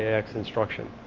ah eax instruction.